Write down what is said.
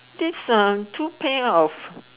that's uh two pair of